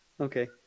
Okay